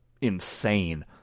insane